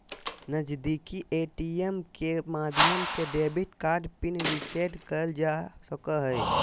नजीदीकि ए.टी.एम के माध्यम से डेबिट कार्ड पिन रीसेट करल जा सको हय